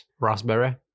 Raspberry